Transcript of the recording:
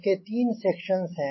इसके तीन सेक्शंज़ हैं